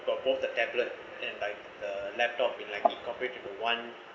got both the tablet and then like the laptop in like incorporated to one